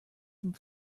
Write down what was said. some